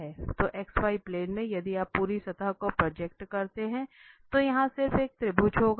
तो xy plane में यदि आप पूरी सतह को प्रोजेक्ट करते हैं तो यह सिर्फ एक त्रिभुज होगा